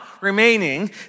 remaining